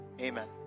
amen